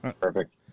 Perfect